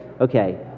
Okay